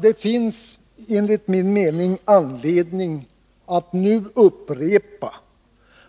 Det finns enligt min mening anledning att nu upprepa